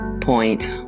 point